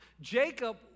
Jacob